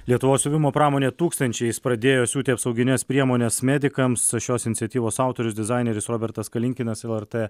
lietuvos siuvimo pramonė tūkstančiais pradėjo siūti apsaugines priemones medikams šios iniciatyvos autorius dizaineris robertas kalinkinas lrt